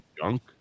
junk